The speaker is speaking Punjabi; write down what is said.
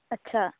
ਅੱਛਾ